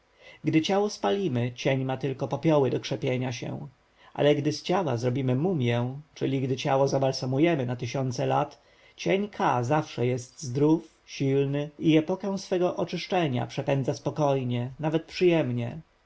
ciało spalimy cień ma tylko popioły do krzepienia się ale gdy z ciała zrobimy mumję czyli gdy ciało zabalsamujemy na tysiące lat cień ka zawsze jest zdrów i silny i epokę swego oczyszczenia przepędza spokojnie nawet przyjemnie